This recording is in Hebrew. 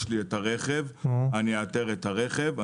יש לי הרכב - אאתר את הרכב.